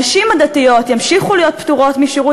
הנשים הדתיות ימשיכו להיות פטורות משירות